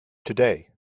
today